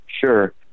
Sure